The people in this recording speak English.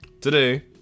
Today